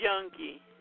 junkie